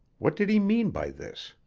what did he mean by this?